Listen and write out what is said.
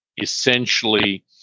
essentially